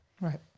Right